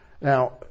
Now